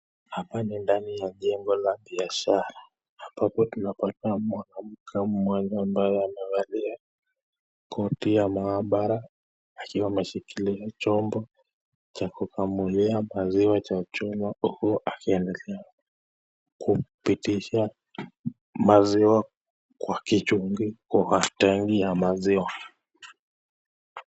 Hapa ni ndani ya jengo la biashara. Hapa tunapata mwanamke mmoja ambaye amevalia koti ya maabara akiwa ameshikilia chombo cha kukamulia maziwa cha chuma huku akingalia kupitisha maziwa kwa kichungi kwa tenki ya maziwa.